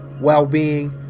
well-being